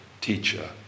teacher